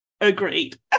agreed